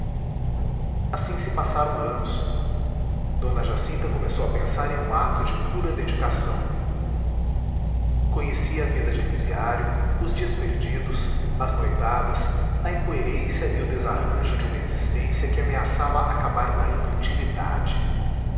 assim se passaram anos d jacinta começou a pensar em um ato de pura dedicação conhecia a vida de elisiário os dias perdidos as noitadas a incoerência e o desarranjo de uma existência que ameaçava acabar na inutilidade